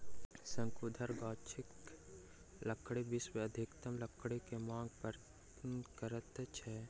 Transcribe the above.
शंकुधर गाछक लकड़ी विश्व के अधिकतम लकड़ी के मांग पूर्ण करैत अछि